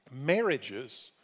marriages